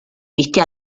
viste